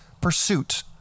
pursuit